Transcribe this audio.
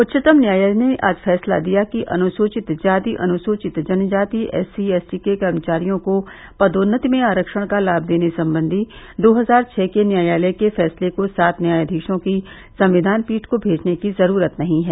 उच्चतम न्यायालय ने आज फैसला दिया कि अनुसूचित जाति अनुसूचित जनजाति एससी एसटी के कर्मचारियों को पदोन्नति में आरक्षण को लाभ देने संबंधी दो हजार छ के न्यायालय के फैसले को सात न्यायाधीशों की संविधान पीठ को भेजने की जरूरत नहीं है